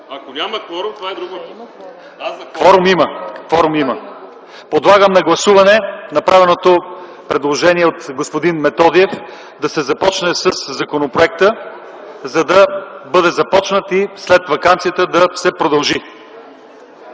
ЛЪЧЕЗАР ИВАНОВ: Кворум има. Подлагам на гласуване направеното предложение от господин Методиев - да се започне със законопроекта, за да бъде започнат, и след ваканцията да се продължи.